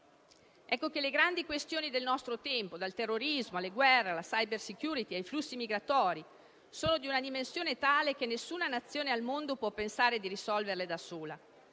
Ecco che le grandi questioni del nostro tempo - dal terrorismo alle guerre, alla *cyber security*, ai flussi migratori - sono di una dimensione tale che nessuna Nazione al mondo può pensare di risolverle da sola.